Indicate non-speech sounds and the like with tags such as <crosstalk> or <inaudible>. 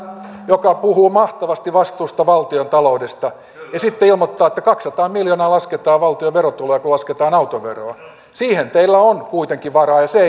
puhuu mahtavasti vastuusta valtiontaloudesta ja sitten ilmoittaa että kaksisataa miljoonaa lasketaan valtion verotuloja kun lasketaan autoveroa siihen teillä on kuitenkin varaa ja se <unintelligible>